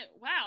Wow